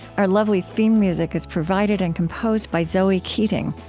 our lovely theme music is provided and composed by zoe keating.